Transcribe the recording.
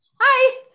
hi